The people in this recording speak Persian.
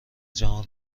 جهان